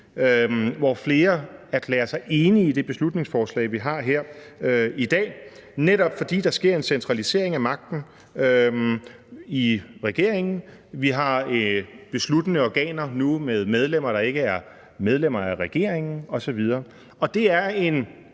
at flere erklærede sig enig i det beslutningsforslag, vi har her, netop fordi der sker en centralisering af magten i regeringen. Vi har nu besluttende organer med medlemmer, der ikke er medlemmer af regeringen osv. Og det er en